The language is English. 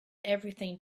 everything